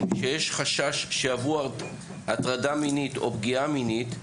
שיש חשש שעברו הטרדה מינית או פגיעה מינית,